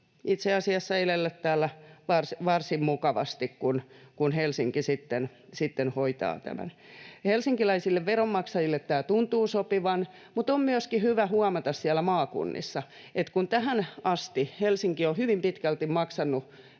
itse asiassa elellä täällä varsin mukavasti, kun Helsinki sitten hoitaa tämän. Helsinkiläisille veronmaksajille tämä tuntuu sopivan, mutta on myöskin hyvä huomata siellä maakunnissa, että kun tähän asti Helsinki on hyvin pitkälti maksanut